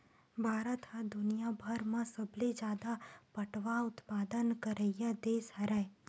भारत ह दुनियाभर म सबले जादा पटवा उत्पादन करइया देस हरय